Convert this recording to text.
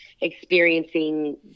experiencing